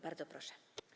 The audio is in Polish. Bardzo proszę.